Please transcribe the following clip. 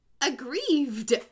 aggrieved